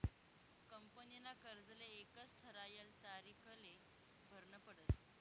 कंपनीना कर्जले एक ठरायल तारीखले भरनं पडस